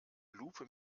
lupe